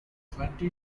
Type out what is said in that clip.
twenty